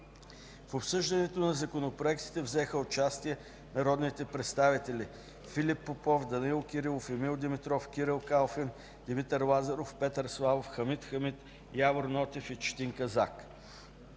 В обсъждането на законопроектите взеха участие народните представители Филип Попов, Данаил Кирилов, Емил Димитров, Кирил Калфин, Димитър Лазаров, Петър Славов, Хамид Хамид, Явор Нотев и Четин Казак.